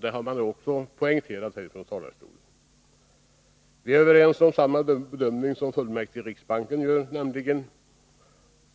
Det har också de tidigare | talarna poängterat här ifrån talarstolen. Vi gör samma bedömning som fullmäktige i riksbanken, nämligen